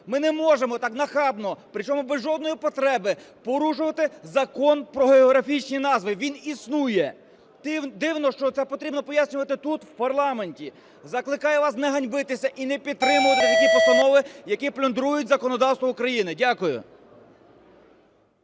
Ми не можемо так нахабно, причому без жодної потреби, порушувати Закон "Про географічні назви", він існує. Дивно, що це потрібно пояснювати тут в парламенті. Закликаю вас не ганьбитися і не підтримувати такі постанови, які плюндрують законодавство України. Дякую.